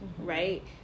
Right